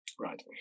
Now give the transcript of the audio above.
Right